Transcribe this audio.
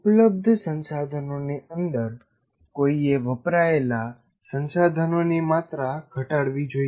ઉપલબ્ધ સંસાધનોની અંદર કોઈએ વપરાયેલા સંસાધનોની માત્રા ઘટાડવી જોઈએ